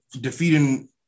defeating